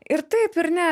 ir taip ir ne